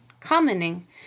commenting